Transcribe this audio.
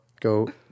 go